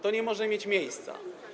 To nie może mieć miejsca.